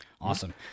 awesome